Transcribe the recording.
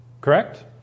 Correct